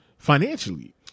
financially